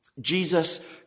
Jesus